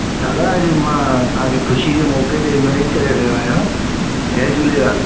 दादा अॼु मां तव्हां खे ख़ुशीअ जे मौके ते इनवाइट करे रहियो आहियां जय झूलेलाल